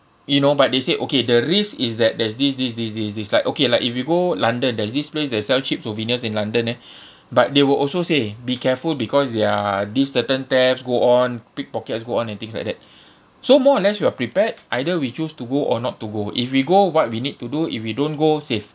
you know but they say okay the risk is that there's this this this this this like okay like if you go london there's this place that sell cheap souvenirs in london eh but they will also say be careful because there are these certain thefts go on pickpockets go on and things like that so more or less you are prepared either we choose to go or not to go if we go what we need to do if we don't go safe